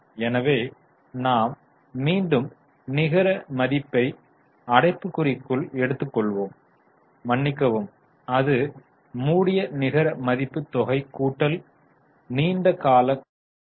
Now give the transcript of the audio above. எனவே நாம் மீண்டும் நிகர மதிப்பை அடைப்புக்குறிக்குள் எடுத்துக்கொள்வோம் மன்னிக்கவும் அது மூடிய நிகர மதிப்பு தொகை கூட்டல் நீண்ட கால கடன் தொகை ஆகும்